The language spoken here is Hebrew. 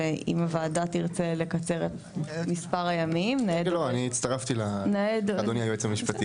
ואם הוועדה תרצה לקצר את מספר הימים אז נקצר את מספר הימים,